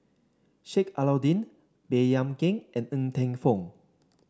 Sheik Alau'ddin Baey Yam Keng and Ng Teng Fong